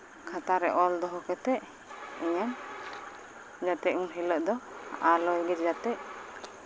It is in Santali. ᱠᱷᱟᱛᱟᱨᱮ ᱚᱞ ᱫᱚᱦᱚ ᱠᱟᱛᱮᱫ ᱤᱧᱮᱢ ᱡᱟᱛᱮ ᱩᱱ ᱦᱤᱞᱳᱜ ᱫᱚ ᱡᱟᱛᱮᱜ